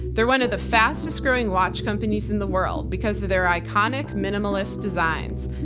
they're one of the fastest growing watch companies in the world because of their iconic, minimalist designs.